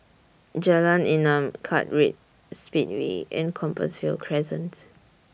Jalan Enam Kartright Speedway and Compassvale Crescent